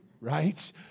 right